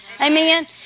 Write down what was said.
Amen